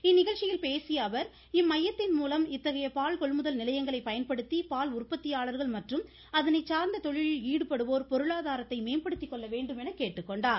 இந்நிகழ்ச்சியில் பேசிய அவர் இம்மையத்தின் மூலம் இத்தகைய பால் கொள்முதல் நிலையங்களை பயன்படுத்தி பால் உற்பத்தியாளர்கள் மற்றும் அதனைச் சார்ந்த தொழிலில் ஈடுபடுவோர் பொருளாதாரத்தை மேம்படுத்திக் கொள்ள வேண்டுமென கேட்டுக்கொண்டார்